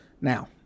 Now